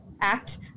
act